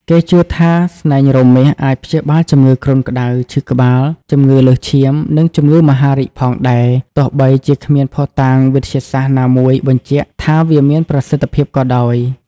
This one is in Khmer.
គេជឿថាស្នែងរមាសអាចព្យាបាលជំងឺគ្រុនក្តៅ ឈឺក្បាល ជំងឺលើសឈាម និងជំងឺមហារីកផងដែរ ទោះបីជាគ្មានភស្តុតាងវិទ្យាសាស្ត្រណាមួយបញ្ជាក់ថាវាមានប្រសិទ្ធភាពក៏ដោយ។